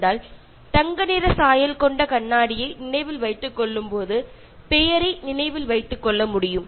അപ്പോൾ നിങ്ങൾക്ക് സ്വർണ്ണ ഫ്രെയിമുള്ള കണ്ണട ഓർക്കുമ്പോൾ സൂര്യയും ഓർക്കാൻ സാധിക്കുന്നു